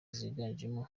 ziganjemo